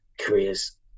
careers